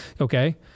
okay